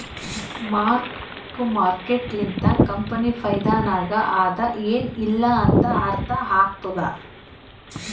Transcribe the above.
mark to market ಲಿಂತ company ಫೈದಾನಾಗ್ ಅದಾ ಎನ್ ಇಲ್ಲಾ ಅಂತ ಅರ್ಥ ಆತ್ತುದ್